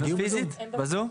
הם בזום.